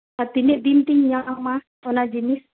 ᱟᱨ ᱛᱤᱱᱟᱹᱜ ᱫᱤᱱ ᱛᱤᱧ ᱧᱟᱢᱟ ᱚᱱᱟ ᱡᱤᱱᱤᱥ